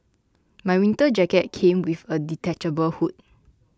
my winter jacket came with a detachable hood